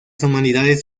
humanidades